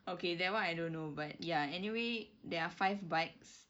okay that one I don't know but ya anyway there are five bikes